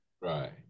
Right